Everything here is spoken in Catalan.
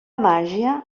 màgia